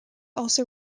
also